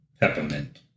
Peppermint